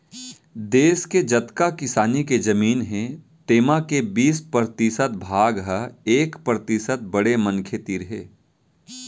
देस के जतका किसानी के जमीन हे तेमा के बीस परतिसत भाग ह एक परतिसत बड़े मनखे तीर हे